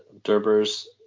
Derber's